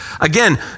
Again